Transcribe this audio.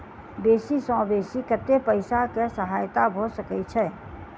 बेसी सऽ बेसी कतै पैसा केँ सहायता भऽ सकय छै?